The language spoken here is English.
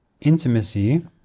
intimacy